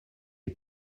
est